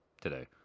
today